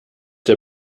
der